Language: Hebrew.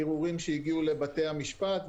ערעורים שהגיעו לבתי המשפט,